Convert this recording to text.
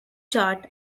chart